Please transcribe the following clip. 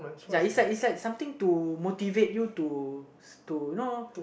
it's like it's like something to motivate you to to you know